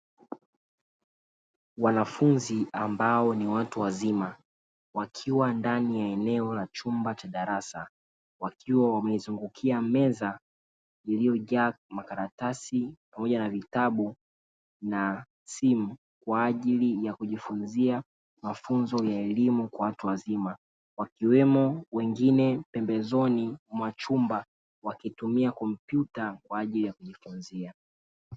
Wanafunzi ambao ni watu wazima wakiwa ndani ya eneo la chumba cha darasa wakiwa wamezungukia meza iliyojaa makaratasi pamoja na vitabu na simu kwa ajili ya kujifunzia mafunzo ya elimu kwa watu wazima, wakiwemo wengine pembezoni mwa chumba wakitumia kompyuta kwa ajili ya kufunzia.